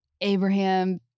Abraham